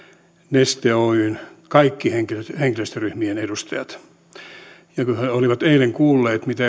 neste oyn kaikki henkilöstöryhmien edustajat kun he olivat eilen kuulleet mitä